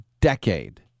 decade